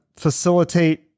facilitate